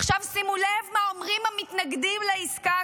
עכשיו שימו לב מה אומרים המתנגדים לעסקה,